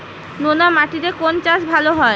নোনা মাটিতে কোন চাষ ভালো হয়?